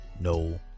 No